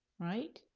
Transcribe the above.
right?